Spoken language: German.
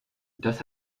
das